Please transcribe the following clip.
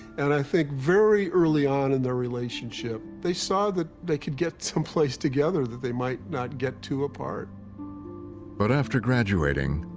and i think very early on in their relationship, they saw that they could get someplace together that they might not get to apart. narrator but after graduating,